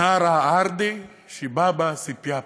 (אומר דברים בשפה הרומנית).